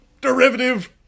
derivative